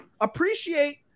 appreciate